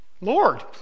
Lord